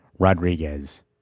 Rodriguez